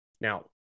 Now